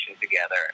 together